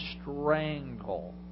strangle